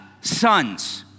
Sons